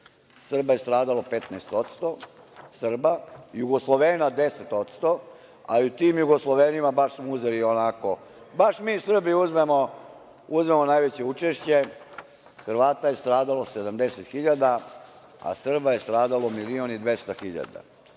Srba je stradalo 15%, Jugoslovena 10% a i u tim Jugoslovenima baš smo mi Srbi uzeli najveće učešće, Hrvata je stradalo 70.000 a Srba je stradalo 1.200.000.Da